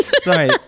Sorry